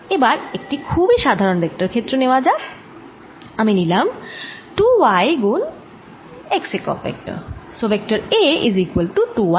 এবার একটি খুবই সাধারণ ভেক্টর ক্ষেত্র নেওয়া যাক আমি নিলাম 2 y গুণ x একক ভেক্টর